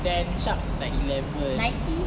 then shark is like eleven